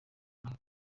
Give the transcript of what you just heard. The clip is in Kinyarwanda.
n’aka